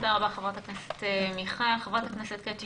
תודה רבה חברת הכנסת מיכל קוטלר